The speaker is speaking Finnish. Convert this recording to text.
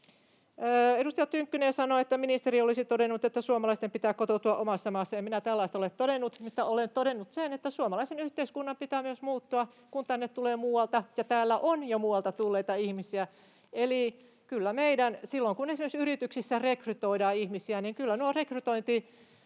Edustaja Tynkkynen sanoi, että ministeri olisi todennut, että suomalaisten pitää kotoutua omassa maassaan. En minä tällaista olet todennut, mutta olen todennut sen, että suomalaisen yhteiskunnan pitää myös muuttua, kun tänne tulee muualta ja täällä on jo muualta tulleita ihmisiä. Kun meillä esimerkiksi yrityksissä rekrytoidaan ihmisiä, niin kyllä silloin